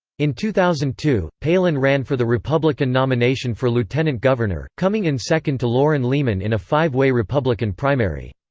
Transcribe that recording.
in two thousand and two, palin ran for the republican nomination for lieutenant governor, coming in second to loren leman in a five-way republican primary.